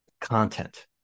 content